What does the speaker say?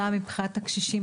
גם מבחינת הקשישים,